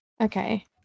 Okay